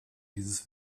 dieses